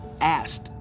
asked